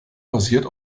basiert